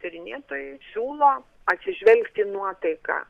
tyrinėtojai siūlo atsižvelgt į nuotaiką